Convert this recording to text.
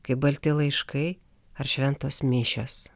kaip balti laiškai ar šventos mišios